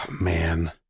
man